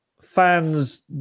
fans